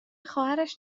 خواهرش